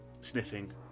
sniffing